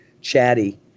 chatty